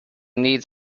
needs